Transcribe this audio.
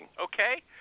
okay